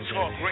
Talk